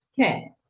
Okay